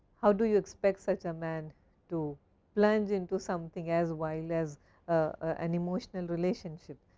how do you expect such a man to plunge into something as wild as an emotional relationship?